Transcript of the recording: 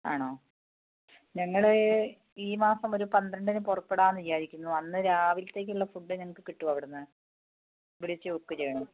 ആണോ ഞങ്ങൾ ഈ മാസം ഒരു പന്ത്രണ്ടിന് പുറപ്പെടാം എന്നു വിചാരിക്കുന്നു അന്ന് രാവിലത്തേക്കുള്ള ഫുഡ് ഞങ്ങൾക്ക് കിട്ടുമോ അവിടെ നിന്ന് വിളിച്ചു ബുക്ക് ചെയ്യണോ